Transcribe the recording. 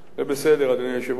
זה בסדר, אדוני היושב-ראש.